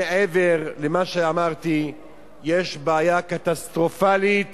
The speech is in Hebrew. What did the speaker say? מעבר למה שאמרתי יש בעיה קטסטרופלית